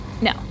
No